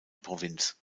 provinz